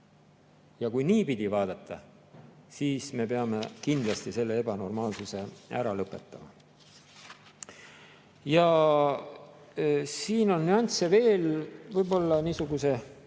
Ja kui niipidi vaadata, siis me peame kindlasti selle ebanormaalsuse ära lõpetama. Siin on nüansse veel. Võib-olla niisuguse